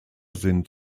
sind